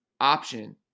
option